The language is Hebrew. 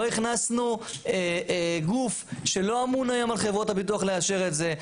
לא הכנסנו גוף שלא אמון היום על חברות הביטוח לאשר את זה.